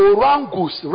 Orangus